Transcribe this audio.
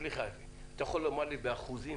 סליחה, אתה יכול לומר לי באחוזים